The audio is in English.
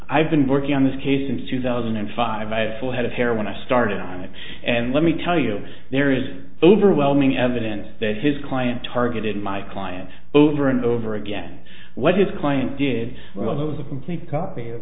i've been working on this case since two thousand and five i had full head of hair when i started on it and let me tell you there is overwhelming evidence that his client targeted my client over and over again what his client did was move a complete copy